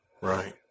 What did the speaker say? Right